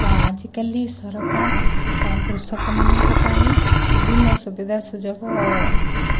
ଆଜି କାଲି ସରକାର କୃଷକମାନଙ୍କ ପାଇଁ ବିଭିନ୍ନ ସୁବିଧା ସୁଯୋଗ